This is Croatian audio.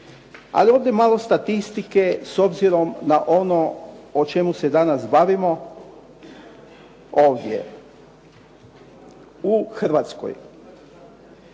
Ali ovdje malo statistike s obzirom na ono o čemu se danas bavimo ovdje u Hrvatskoj.